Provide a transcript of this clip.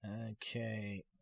Okay